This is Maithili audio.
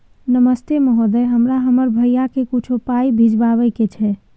नमस्ते महोदय, हमरा हमर भैया के कुछो पाई भिजवावे के छै?